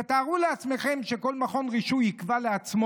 תתארו לעצמכם שכל מכון רישוי יקבע לעצמו